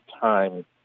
time